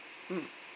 mm